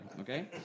okay